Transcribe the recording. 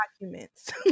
documents